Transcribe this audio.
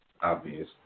obvious